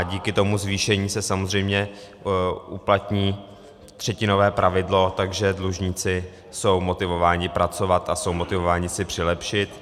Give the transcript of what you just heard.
Díky tomu zvýšení se samozřejmě uplatní třetinové pravidlo, takže dlužníci jsou motivováni pracovat a jsou motivováni si přilepšit.